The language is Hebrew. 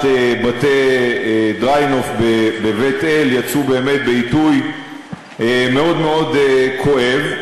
בתי-דריינוף בבית-אל יצאו באמת בעיתוי מאוד מאוד כואב.